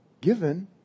given